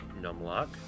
numlock